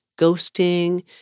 ghosting